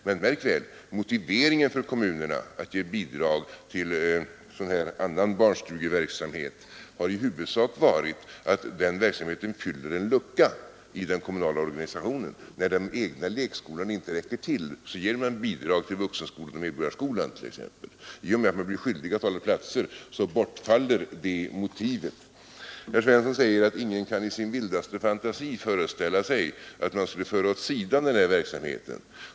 Men märk väl att motiveringen för kommunerna att ge bidrag till sådan här annan barnstugeverksamhet i huvudsak har varit att den verksamheten fyller en lucka i den kommunala organisationen. När den egna lekskolan inte räcker till, ger man bidrag t.ex. till Vuxenskolan och Medborgarskolan. Om kommunerna blir skyldiga att själva hålla platser, bortfaller det motivet. Herr Svensson säger att ingen i sin vildaste fantasi kan föreställa sig att man skulle föra denna verksamhet åt sidan.